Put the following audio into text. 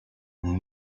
and